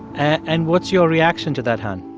and what's your reaction to that, han?